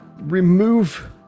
remove